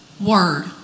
Word